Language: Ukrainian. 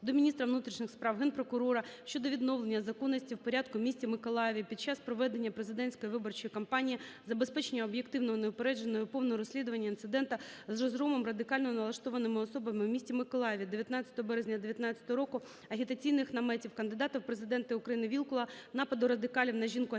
до міністра внутрішніх справ, Генпрокурора щодо відновлення законності в порядку в місті Миколаєві під час проведення президентської виборчої кампанії, забезпечення об'єктивного, неупередженого і повного розслідування інциденту з розгромом радикально налаштованими особами у місті Миколаєві 19 березня 19-го року агітаційних наметів кандидата в Президенти України Вілкула, нападу радикалів на жінку-агітатора